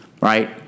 Right